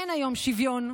אין היום שוויון,